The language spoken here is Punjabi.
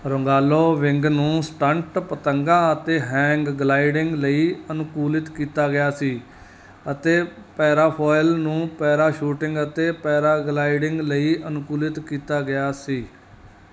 ਰੋਗਾਲੋ ਵਿੰਗ ਨੂੰ ਸਟੰਟ ਪਤੰਗਾਂ ਅਤੇ ਹੈਂਗ ਗਲਾਈਡਿੰਗ ਲਈ ਅਨੁਕੂਲਿਤ ਕੀਤਾ ਗਿਆ ਸੀ ਅਤੇ ਪੈਰਾਫੋਇਲ ਨੂੰ ਪੈਰਾਸ਼ੂਟਿੰਗ ਅਤੇ ਪੈਰਾਗਲਾਈਡਿੰਗ ਲਈ ਅਨੁਕੂਲਿਤ ਕੀਤਾ ਗਿਆ ਸੀ